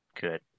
good